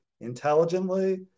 intelligently